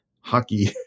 hockey